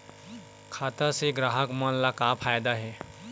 खाता से ग्राहक मन ला का फ़ायदा हे?